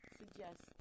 suggest